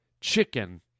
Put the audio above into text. chicken